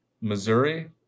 Missouri